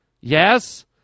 Yes